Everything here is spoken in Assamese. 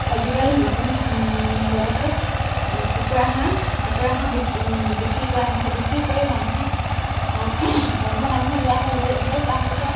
আজিকালি নতুন লগতে কুকুৰা হাঁহ কুকুৰা হাঁহ বিক বিক্ৰী কৰা হয় বিক্ৰী কৰি মানুহে এঘৰ মানুহে লোৱা হয় লৈ সেইকাৰণ কুকুৰা